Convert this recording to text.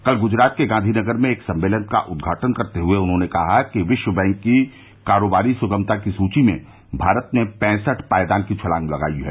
कल गुजरात के गांधीनगर में एक सम्मेलन का उद्घाटन करते हुए उन्होंने कहा कि विश्व बैंक की कारोबारी सुगमता की सूची में भारत ने पैंसठ पायदान की छलांग लगाई है